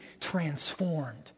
transformed